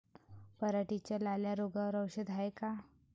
पराटीच्या लाल्या रोगावर औषध हाये का?